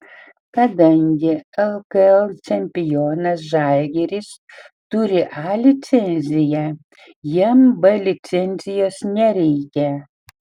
kadangi lkl čempionas žalgiris turi a licenciją jam b licencijos nereikia